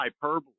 hyperbole